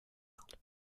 that